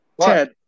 ted